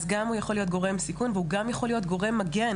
אז גם הוא יכול להיות גורם סיכון וגם הוא יכול להיות גורם מגן,